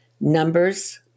numbers